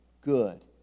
good